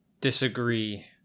disagree